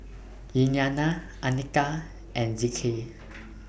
Liliana Anika and Zeke